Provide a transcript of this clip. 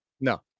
no